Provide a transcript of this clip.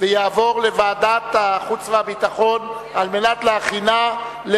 לדיון מוקדם בוועדת החוץ והביטחון נתקבלה.